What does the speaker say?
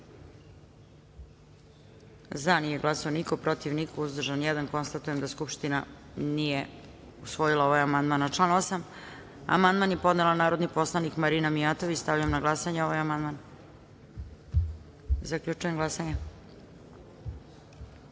glasanje: za – niko, protiv – niko, uzdržan – jedan. Konstatujem da Skupština nije usvojila ovaj amandman. Na član 8. amandman je podnela narodni poslanik Marina Mijatović. Stavljam na glasanje ovaj amandman. Zaključujem glasanje: